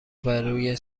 بروی